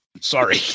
Sorry